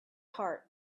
heart